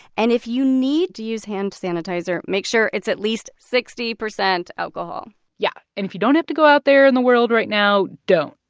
and if you need to use hand sanitizer, make sure it's at least sixty percent alcohol yeah. and if you don't have to go out there in the world right now, don't.